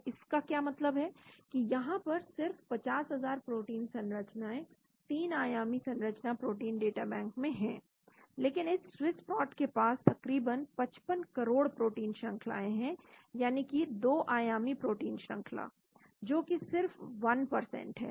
तो इसका क्या मतलब है कि यहां पर सिर्फ 50000 प्रोटीन संरचनाएं 3 आयामी संरचना प्रोटीन डाटा बैंक में हैं लेकिन इस स्विस्प्रोट के पास तकरीबन 55 करोड़ प्रोटीन श्रंखला है यानी कि 2 आयामी प्रोटीन श्रंखला जो कि सिर्फ 1 है